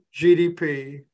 GDP